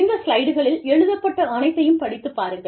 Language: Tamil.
இந்த ஸ்லைடுகளில் எழுதப்பட்ட அனைத்தையும் படித்து பாருங்கள்